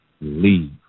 leave